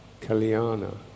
Kalyana